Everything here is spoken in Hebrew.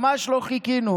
ממש לא חיכינו.